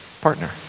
partner